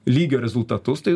lygio rezultatus tai